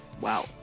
Wow